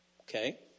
Okay